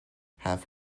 have